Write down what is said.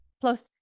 Plus